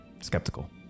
skeptical